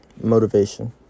Motivation